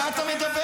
על מה אתה מדבר?